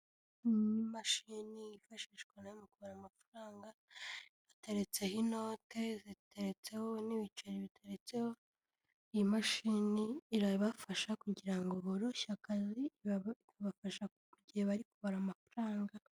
Ni imashini yifashishwa no mu kubara amafaranga, hateretseho inote ziteretseho n'ibiceri biteretseho, iyi mashini irabafasha kugira ngo boroshye akazi, ibafasha mu gihe bari kubara amafaranga.